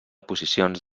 posicions